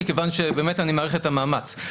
מכיוון שאני מעריך את המאמץ.